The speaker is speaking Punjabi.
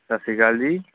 ਸਤਿ ਸ਼੍ਰੀ ਅਕਾਲ ਜੀ